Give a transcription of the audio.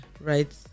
Right